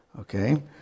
okay